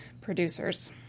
producers